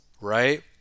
right